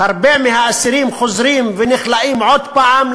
הרבה מהאסירים חוזרים ונכלאים עוד פעם,